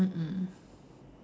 mm mm